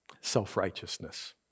Self-righteousness